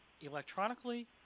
electronically